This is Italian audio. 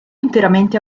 interamente